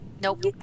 Nope